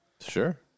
Sure